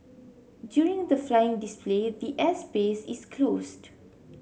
during the flying display the air space is closed